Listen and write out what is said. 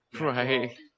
right